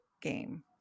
game